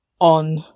on